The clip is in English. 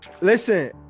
Listen